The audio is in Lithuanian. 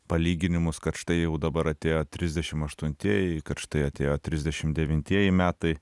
palyginimus kad štai jau dabar atėjo trisdešimt aštuntieji kad štai atėjo trisdešimt devintieji metai